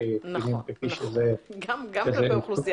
נכון.